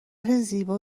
زیبا